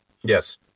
Yes